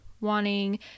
wanting